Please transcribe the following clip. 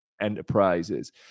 enterprises